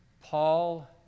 Paul